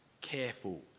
careful